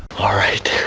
all right